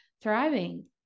thriving